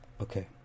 Okay